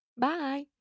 Bye